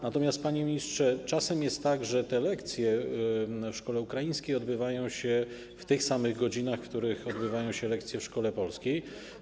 Natomiast, panie ministrze, czasem jest tak, że lekcje w szkole ukraińskiej odbywają się w tych samych godzinach, w których odbywają się lekcje w szkole polskiej.